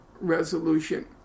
Resolution